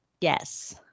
Yes